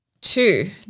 two